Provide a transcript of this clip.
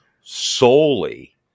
solely